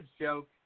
joke